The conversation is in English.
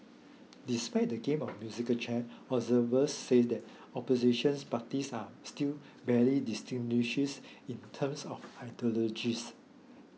despite the game of musical chairs observers say the oppositions parties are still barely distinguishes in terms of ideologies